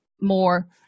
more